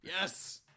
yes